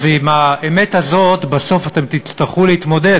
אז עם האמת הזאת בסוף אתם תצטרכו להתמודד,